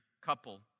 couple